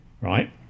Right